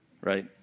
right